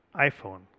iPhone